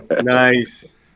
Nice